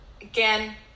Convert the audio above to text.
again